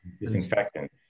disinfectant